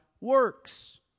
works